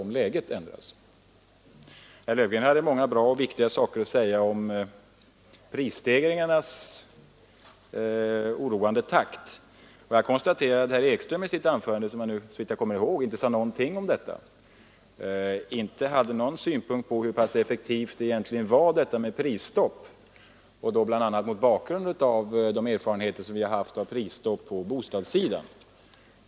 Herr Löfgren hade många bra och viktiga saker att säga om prisstegringarnas oroande takt. Jag konstaterar att herr Ekström, som såvitt jag kommer ihåg inte sade någonting om detta, i sitt anförande inte hade någon synpunkt på hur pass effektivt det var med prisstopp, då bl.a. mot bakgrund av de erfarenheter som finns av prisstopp på bostäder.